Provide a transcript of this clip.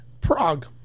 Prague